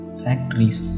factories